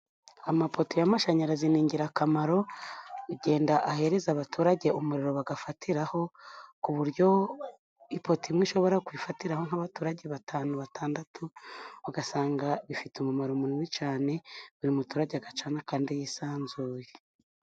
Amapoto y'amashanyarazi ni ingirakamaro agenda ahereza abaturage umuriro bagafatiraho, ku buryo ipoto imwe ishobora gufatiraho nk'abaturage batanu, batandatu ugasanga bifite umumaro munini cyane. Buri muturage agacana kandi yisanzuye.